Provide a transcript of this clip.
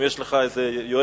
אם יש לך איזה יועץ...